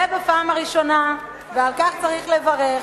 זה בפעם הראשונה, ועל כך צריך לברך.